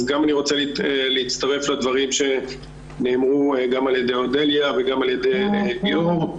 אני רוצה להצטרף לדברים שנאמרו על ידי אודליה וגם על ידי ליאור.